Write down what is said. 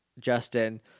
Justin